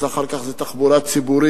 אז אחר כך זו תחבורה ציבורית,